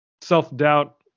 self-doubt